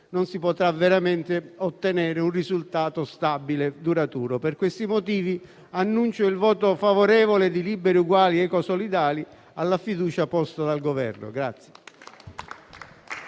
non si potrà ottenere un risultato stabile e duraturo. Per questi motivi, annuncio il voto favorevole di Liberi e Uguali-Ecosolidali alla fiducia posta dal Governo.